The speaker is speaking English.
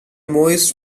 maoist